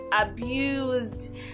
abused